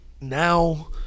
now